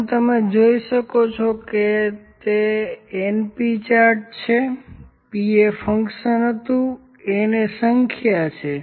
જેમ તમે જોઈ શકો છો કે તે np ચાર્ટ છે p એ ફેક્શન હતુ અને n એ સંખ્યા છે